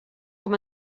com